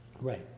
right